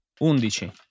Undici